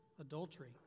adultery